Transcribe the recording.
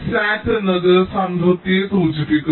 SAT എന്നത് സംതൃപ്തിയെ സൂചിപ്പിക്കുന്നു